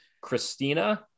Christina